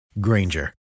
Granger